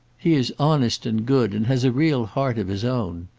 he is honest and good, and has a real heart of his own.